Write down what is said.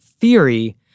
theory